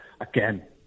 again